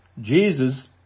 Jesus